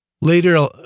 Later